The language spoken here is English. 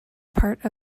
part